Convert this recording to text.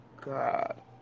God